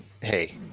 hey